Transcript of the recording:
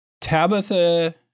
Tabitha